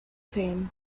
team